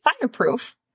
fireproof